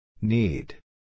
Need